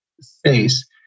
space